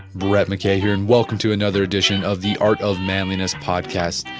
brett mckay here and welcome to another edition of the art of manliness podcast.